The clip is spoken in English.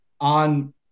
on